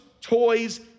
toys